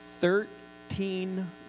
Thirteen